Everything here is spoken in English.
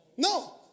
No